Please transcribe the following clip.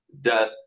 death